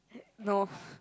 no